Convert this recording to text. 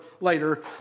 later